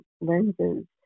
lenses